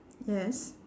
yes